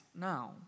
now